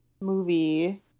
movie